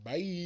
Bye